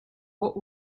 what